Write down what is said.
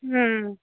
ம்